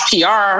PR